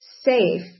safe